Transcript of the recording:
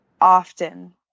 often